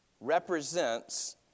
represents